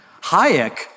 Hayek